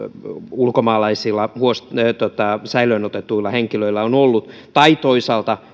ulkomaalaisilla säilöönotetuilla henkilöillä on ollut toisaalta